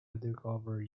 undercover